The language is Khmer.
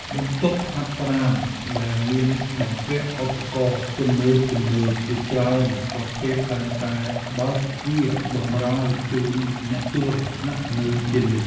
បន្ទប់ហាត់ប្រាណដែលមានបំពាក់ឧបករណ៍ទំនើបៗជាច្រើនប្រភេទតែងតែបើកទ្វារបម្រើជូនអ្នកជួលស្នាក់នៅជានិច្ច។